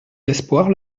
l’espoir